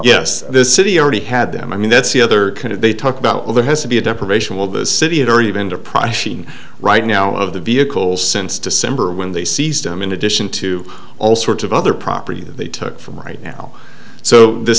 yes this city already had them i mean that's the other they talk about well there has to be a depravation will the city or even depression right now of the vehicles since december when they seized them in addition to all sorts of other property that they took from right now so th